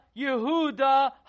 Yehuda